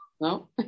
no